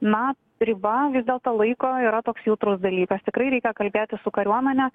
na riba vis dėlto laiko yra toks jautrus dalykas tikrai reikia kalbėti su kariuomene